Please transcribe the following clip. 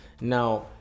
now